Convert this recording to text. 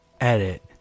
Edit